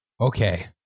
Okay